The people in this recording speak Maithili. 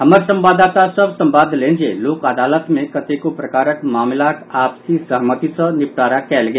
हमर संवाददाता सभ संवाद देलनि जे लोक अदालत मे कतेको प्रकारक मामिलाक आपसि सहमति सँ निपटारा कयल गेल